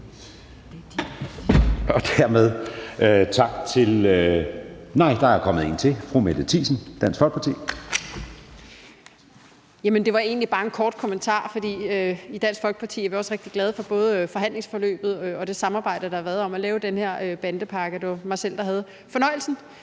Fru Mette Thiesen, Dansk Folkeparti. Kl. 09:55 Mette Thiesen (DF): Jamen det var egentlig bare en kort kommentar. I Dansk Folkeparti er vi også rigtig glade for både forhandlingsforløbet og det samarbejde, der har været om at lave den her bandepakke. Det var mig selv, der havde fornøjelsen,